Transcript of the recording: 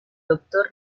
doctor